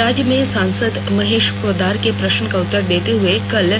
राज्यसभा में सांसद महेश पोद्दार के प्रश्न का उत्तर देते हुए कल